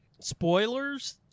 spoilers